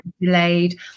delayed